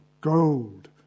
gold